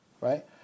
right